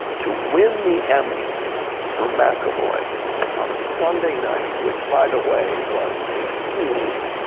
to win the emmy for mcavoy on a sunday night, which by the way was a huge